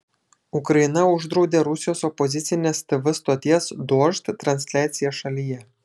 ukraina uždraudė rusijos opozicinės tv stoties dožd transliaciją šalyje